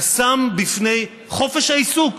חסם בפני חופש העיסוק